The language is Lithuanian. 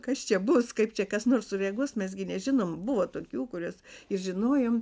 kas čia bus kaip čia kas nors sureaguos mes gi nežinom buvo tokių kuriuos žinojom